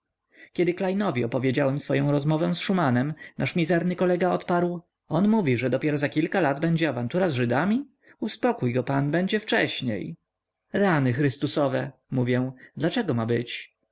kiedy klejnowi opowiedziałem moję rozmowę z szumanem nasz mizerny kolega odparł on mówi że dopiero za kilka lat będzie awantura z żydami uspokój go pan będzie wcześniej rany chrystusowe mówię dlaczego ma być